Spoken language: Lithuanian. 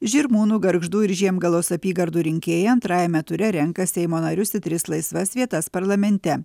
žirmūnų gargždų ir žiemgalos apygardų rinkėją antrajame ture renka seimo narius į tris laisvas vietas parlamente